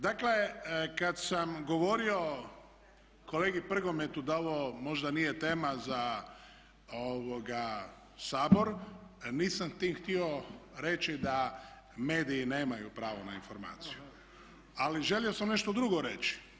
Dakle, kad sam govorio kolegi Prgometu da ovo možda nije tema za Sabor, nisam tim htio reći da mediji nemaju pravo na informaciju, ali želio sam nešto drugo reći.